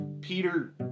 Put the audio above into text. Peter